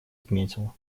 отметил